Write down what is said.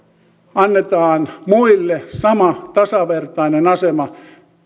annetaan muille yrittäjille sama tasavertainen asema